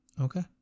Okay